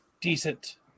decent